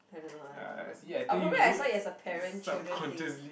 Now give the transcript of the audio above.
I don't know I don't know I'll probably I saw it as a parent children thing